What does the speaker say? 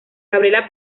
gabriela